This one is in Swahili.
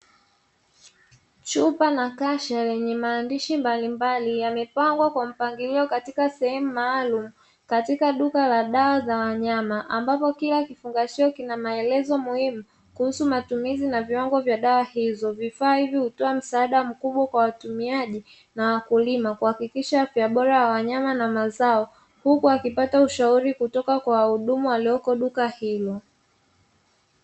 Chupa na kasha lenye maandishi mbalimbali yamepangwa kwa mpangilio katika sehemu maalumu, katika duka la dawa za wanyama, ambapo kila kifungashio kina maelezo muhimu, kuhusu matumizi na viwango vya dawa hizo. Vifaa hivi hutoa msaada mkubwa kwa watumiaji na wakulima kuhakikisha afya bora ya wanyama na mazao, huku wakipata ushauri kutoka kwa wahudumu walioko duka hilo.